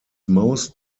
most